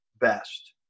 best